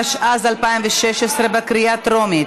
התשע"ז 2016, בקריאה טרומית.